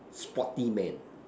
sporty man